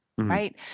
right